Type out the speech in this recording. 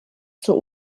zur